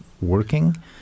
working